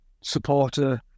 supporter